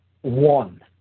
one